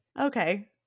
okay